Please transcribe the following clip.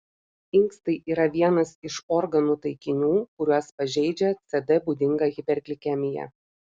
inkstai yra vienas iš organų taikinių kuriuos pažeidžia cd būdinga hiperglikemija